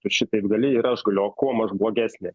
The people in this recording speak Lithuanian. tu šitaip gali ir aš galiu o kuom aš blogesnė